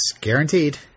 guaranteed